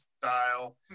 Style